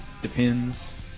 Depends